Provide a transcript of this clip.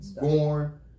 born